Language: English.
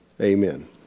Amen